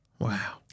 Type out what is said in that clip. Wow